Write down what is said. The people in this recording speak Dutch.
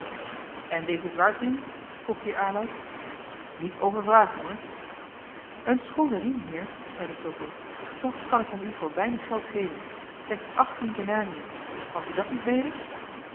en deze zwaardriem vroeg heer aloud niet overvragen hoor een schoone riem heer zeide fulco toch kan ik hem u voor weinig geld geven slechts achttien denariën valt u dat niet mede